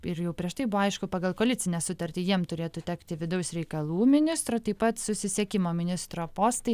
ir jau prieš tai buvo aišku pagal koalicinę sutartį jiem turėtų tekti vidaus reikalų ministro taip pat susisiekimo ministro postai